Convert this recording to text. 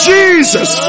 Jesus